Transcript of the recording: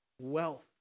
wealth